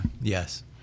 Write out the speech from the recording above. Yes